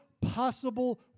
possible